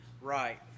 Right